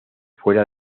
fuera